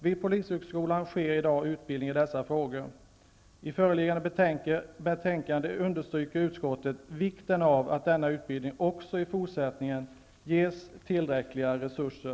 Vid polishögskolan sker i dag utbildning i den har typen av frågor. I föreliggande betänkande understryker utskottet vikten av att denna utbildning också i fortsättningen ges tillräckliga resurser.